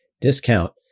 discount